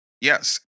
yes